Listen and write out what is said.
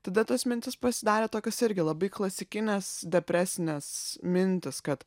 tada tos mintys pasidarė tokios irgi labai klasikinės depresinės mintys kad